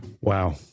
Wow